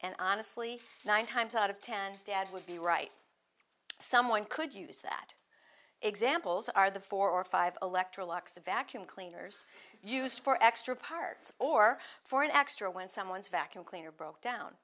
i honestly nine times out of ten dad would be right someone could use that examples are the four or five electra locks a vacuum cleaners used for extra parts or for an extra when someone's vacuum cleaner broke down